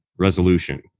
resolution